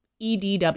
EDW